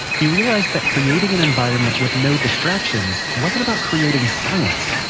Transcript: he realised that creating an environment with no distractions wasn't about creating silence.